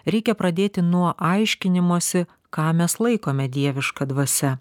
reikia pradėti nuo aiškinimosi ką mes laikome dieviška dvasia